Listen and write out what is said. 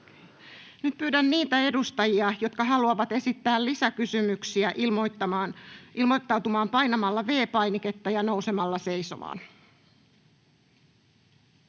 Nyt pyydän niitä edustajia, jotka haluavat esittää lisäkysymyksiä, ilmoittautumaan painamalla V-painiketta ja nousemalla seisomaan.